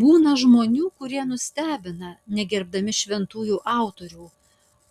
būna žmonių kurie nustebina negerbdami šventųjų autorių